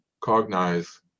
cognize